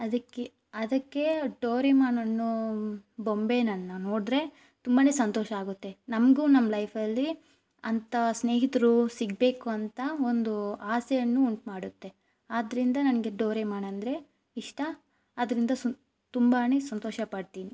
ಅದಕ್ಕೆ ಅದಕ್ಕೆ ಡೋರೆಮೋನ್ ಅನ್ನೋ ಬೊಂಬೆಯನ್ನು ನೋಡಿದ್ರೆ ತುಂಬಾ ಸಂತೋಷ ಆಗುತ್ತೆ ನಮ್ಗು ನಮ್ಮ ಲೈಫಲ್ಲಿ ಅಂಥ ಸ್ನೇಹಿತರು ಸಿಗಬೇಕು ಅಂತ ಒಂದು ಆಸೆಯನ್ನು ಉಂಟು ಮಾಡುತ್ತೆ ಆದ್ದರಿಂದ ನನಗೆ ಡೋರೆಮೋನ್ ಅಂದರೆ ಇಷ್ಟ ಅದರಿಂದ ಸುಮ ತುಂಬಾ ಸಂತೋಷ ಪಡ್ತೀನಿ